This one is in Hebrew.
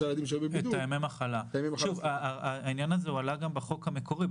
ילדים שהיו בבידוד --- העניין הזה הועלה גם בחוק המקורי,